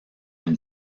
une